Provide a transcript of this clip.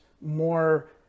more